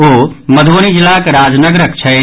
ओ मधुवनीक जिलाक राजनगरक छथि